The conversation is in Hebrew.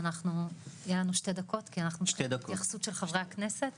והתחושה הראשונה כשקורה משהו כזה במשפחה היא תחושה של חוסר אונים,